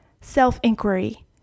self-inquiry